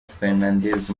fernandes